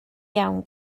iawn